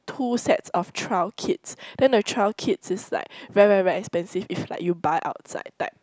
two sets of trail kits then the trails kits is like very very very expensive if like you buy outside type